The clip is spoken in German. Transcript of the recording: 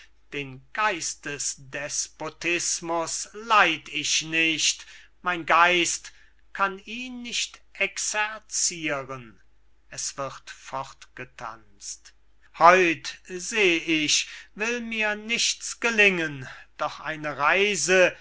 den geistesdespotismus leid ich nicht mein geist kann ihn nicht exerziren es wird fortgetanzt heut seh ich will mir nichts gelingen doch eine reise